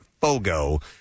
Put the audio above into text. Fogo